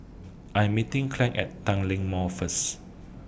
I Am meeting Claud At Tanglin Mall First